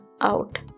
out